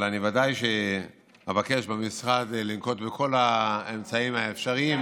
אבל ודאי שאבקש במשרד לנקוט את כל האמצעים האפשריים,